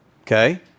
Okay